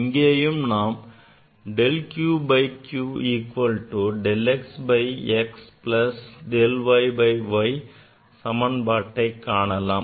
இங்கேயும் நாம் del q by q equal to del x by x plus del y by y சமன்பாட்டை காணலாம்